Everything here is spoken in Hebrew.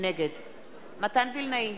נגד מתן וילנאי,